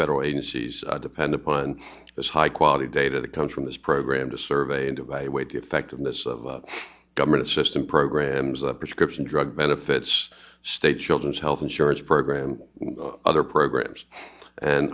federal agencies depend upon this high quality data that comes from this program to survey and evaluate effectiveness of government assistance programs the prescription drug benefits state children's health insurance program other programs and